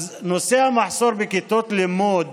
נושא המחסור בכיתות הלימוד